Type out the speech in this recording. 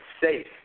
safe